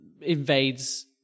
invades